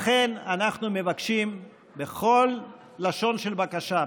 לכן אנחנו מבקשים בכל לשון של בקשה,